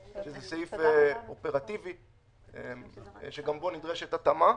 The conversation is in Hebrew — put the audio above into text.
שזה סעיף אופרטיבי שגם בו נדרשת התאמה.